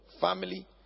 family